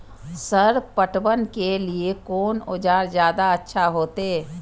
Sir पटवन के लीऐ कोन औजार ज्यादा अच्छा होते?